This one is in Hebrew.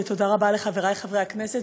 ותודה רבה לחברי חברי הכנסת.